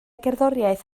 gerddoriaeth